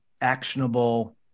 actionable